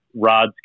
Rod's